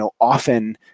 often